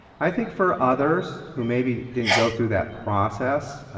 i think for others, who maybe didn't go through that process,